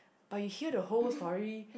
but you hear the whole story